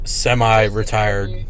semi-retired